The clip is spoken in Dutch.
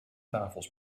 tafels